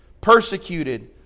persecuted